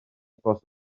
bost